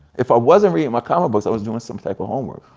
if i wasn't reading my comic books i was doing some type of homework.